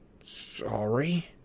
Sorry